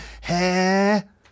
hair